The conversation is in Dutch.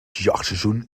jachtseizoen